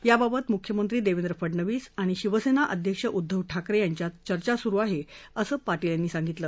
याबाबत मुख्यमंत्री देवेंद्र फडणवीस आणि शिवसेना अध्यक्ष उद्घव ठाकरे यांच्यात चर्चा सुरु आहे असं पाटील यांनी सांगितलं